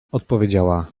odpowiedziała